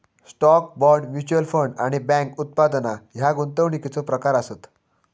stock, bond, mutual fund आणि bank उत्पादना ह्या गुंतवणुकीचो प्रकार आसत